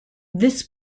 this